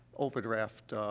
overdraft,